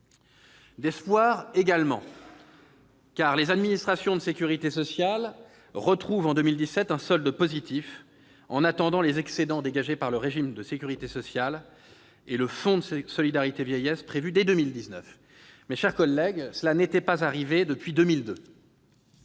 les comptes des administrations de sécurité sociale retrouvent en 2017 un solde positif, en attendant les excédents du régime général de la sécurité sociale et du Fonds de solidarité vieillesse, prévus dès 2019. Mes chers collègues, cela n'était plus arrivé depuis 2002